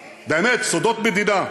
באמת, סודות מדינה.